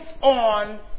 on